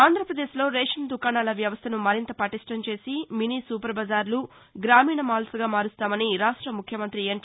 ఆంధ్రాపదేశ్ లో రేషన్ దుకాణాల వ్యవస్టను మరింత పటిష్టం చేసి మినీ సూపర్బజార్లు గ్రామీణ మాల్స్గా మారుస్తామని రాష్ట్ర ముఖ్యమంతి ఎన్